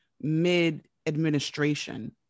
mid-administration